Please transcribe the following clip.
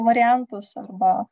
variantus arba